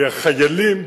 כי החיילים,